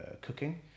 cooking